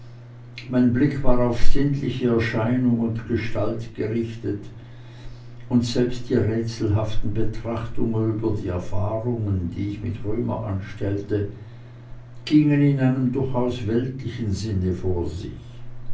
mein blick war auf sinnliche erscheinung und gestalt gerichtet und selbst die rätselhaften betrachtungen über die erfahrungen die ich mit römer anstellte gingen in einem durchaus weltlichen sinne vor sich